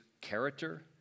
character